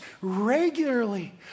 regularly